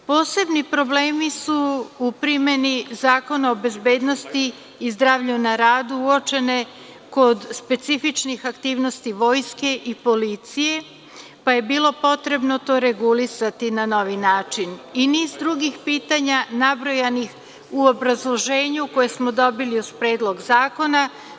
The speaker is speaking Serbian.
Posebni problemi su u primeni Zakona o bezbednosti i zdravlja na radu uočeni kod specifičnih aktivnosti Vojske i policije, pa je bilo potrebno to regulisati na novi način i niz drugih pitanja nabrojanih u obrazloženju koje smo dobili uz Predlog zakona.